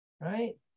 right